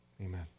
Amen